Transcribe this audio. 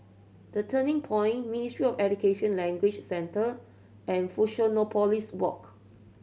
The Turning Point Ministry of Education Language Centre and Fusionopolis Walk